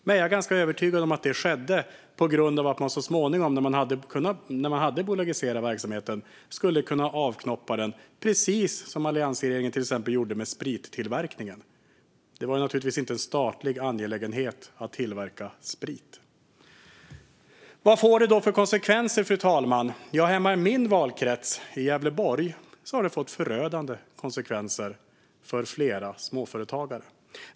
Men jag är ganska övertygad om att det gjordes för att man så småningom skulle kunna avknoppa den bolagiserade verksamheten, precis som alliansregeringen gjorde med exempelvis sprittillverkningen. Det är naturligtvis inte en statlig angelägenhet att tillverka sprit. Vad får då detta för konsekvenser, fru talman? Ja, hemma i min valkrets Gävleborg har det fått förödande konsekvenser för flera småföretagare.